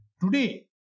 Today